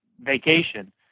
vacation